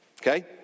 Okay